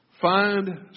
Find